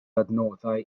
adnoddau